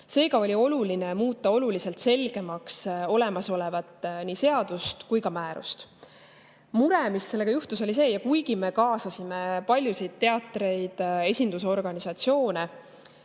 Seega oli oluline muuta oluliselt selgemaks nii olemasolevat seadust kui ka määrust. Mure, mis sellega [tekkis], oli see – kuigi me kaasasime paljusid teatreid, esindusorganisatsioone